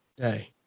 day